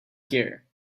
here